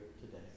today